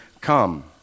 come